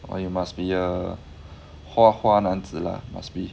!wah! you must be a 花花男子 lah must be